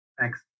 Thanks